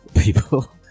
people